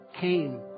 came